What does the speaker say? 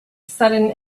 sudden